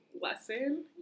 lesson